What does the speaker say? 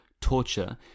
torture